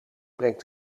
brengt